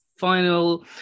final